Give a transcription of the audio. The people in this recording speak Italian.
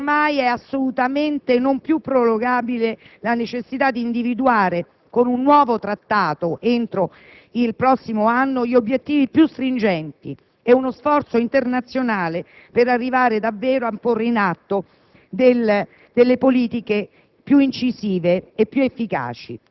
il Rapporto afferma anche con chiarezza che ormai non è più assolutamente prorogabile la necessità di individuare, con un nuovo Trattato, entro il prossimo anno, gli obiettivi più stringenti e uno sforzo internazionale per arrivare davvero a porre in atto